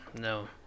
No